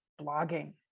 blogging